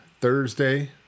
Thursday